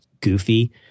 goofy